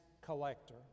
collector